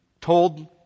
told